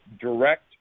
direct